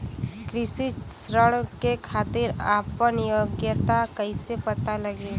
कृषि ऋण के खातिर आपन योग्यता कईसे पता लगी?